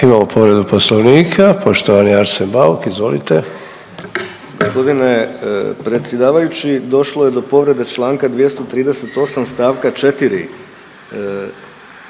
imamo povredu Poslovnika, poštovani Arsen Bauk. Izvolite. **Bauk, Arsen (SDP)** Gospodine predsjedavajući došlo je do povrede Članka 238. stavka 4.